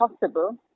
possible